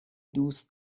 دوست